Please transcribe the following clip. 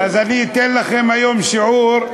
אז אני אתן לכם היום שיעור,